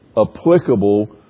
applicable